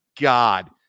God